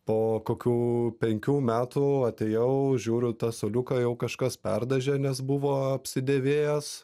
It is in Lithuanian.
po kokių penkių metų atėjau žiūriu tą suoliuką jau kažkas perdažė nes buvo apsidėvėjęs